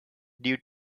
due